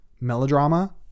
Melodrama